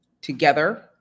together